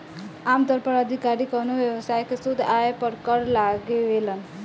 आमतौर पर अधिकारी कवनो व्यवसाय के शुद्ध आय पर कर लगावेलन